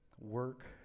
work